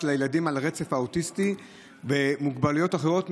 לילדים על הרצף האוטיסטי ומוגבלויות אחרות,